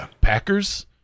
Packers